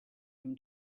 him